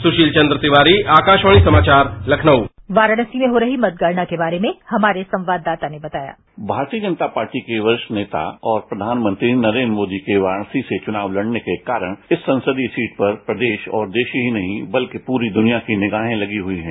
सुशील चन्द्र तिवारी आकाशवाणी समाचार लखनऊ वाराणसी में हो रही मतगणना के बारे में हमारे संवाददाता ने बताया भारतीय जनता पार्टी के वरिष्ठ नेता और प्रधानमंत्री नरेंद्र मोदी के वाराणसी से चुनाव लड़ने के कारण इस संसदीय सीट पर प्रदेश और देश ही नहीं बल्कि प्ररी दृनिया के निगाहें लगी हई हैं